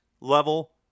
level